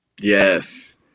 Yes